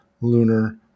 lunar